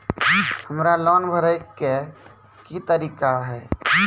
हमरा लोन भरे के की तरीका है?